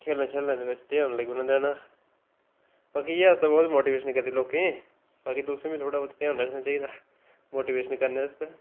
खेलने शेलने दे बिच्च घ्यान लगी पौना देन बाकी अस बहुत मोटीबेट करदे लोकें गी बाकी तुसें बी थोह्ड़ा बहुत घ्यान रक्खना चाहिदा मोटीवेशन करने आस्तै